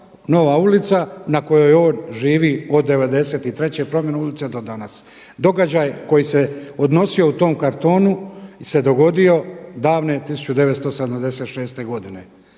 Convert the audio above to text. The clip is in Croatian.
nova ulica na kojoj on živi od '93. promjena ulice do danas. Događaj koji se odnosio u tom kartonu se dogodio davne 1976. godine.